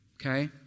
okay